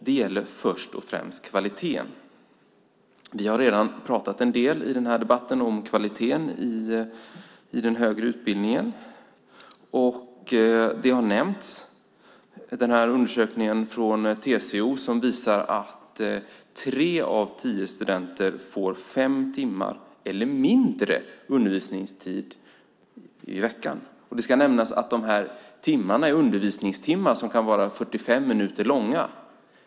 Det gäller först och främst kvaliteten. Vi har redan pratat en del i den här debatten om kvaliteten i den högre utbildningen. Undersökningen från TCO har nämnts som visar att tre av tio studenter får fem timmar eller mindre undervisningstid i veckan. Det ska nämnas att timmarna är undervisningstimmar som kan vara 45 minuter.